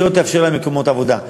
שלא תאפשר להם מקומות עבודה.